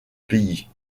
pays